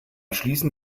schließen